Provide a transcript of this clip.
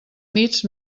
nits